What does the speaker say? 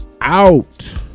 out